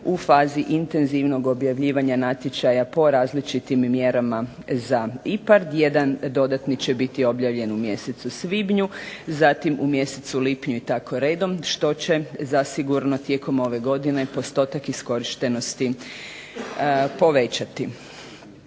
u fazi intenzivnog objavljivanja natječaja po različitim mjerama za IPARD. Jedan dodatni će biti objavljen u mjesecu svibnju, zatim u mjesecu lipnju i tako redom što će zasigurno tijekom ove godine postotak iskorištenosti povećati.